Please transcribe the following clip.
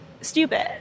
stupid